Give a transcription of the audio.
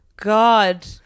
God